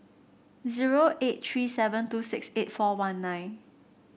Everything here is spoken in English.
zero eight three seven two six eight four one nine